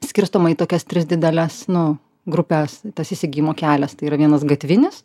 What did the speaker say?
skirstoma į tokias tris dideles nu grupes tas įsigijimo kelias tai yra vienas gatvinis